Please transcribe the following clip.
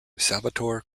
salvatore